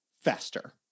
faster